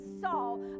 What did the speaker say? Saul